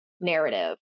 narrative